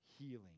healing